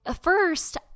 first